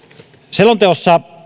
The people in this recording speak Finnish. selonteossa